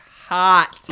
hot